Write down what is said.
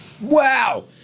Wow